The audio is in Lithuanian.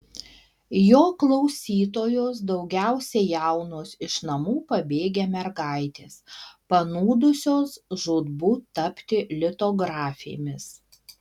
jo klausytojos daugiausiai jaunos iš namų pabėgę mergaitės panūdusios žūtbūt tapti litografėmis